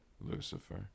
Lucifer